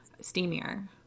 steamier